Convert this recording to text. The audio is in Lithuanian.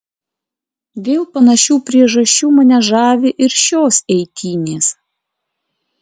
dėl panašių priežasčių mane žavi ir šios eitynės